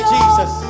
Jesus